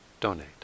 donate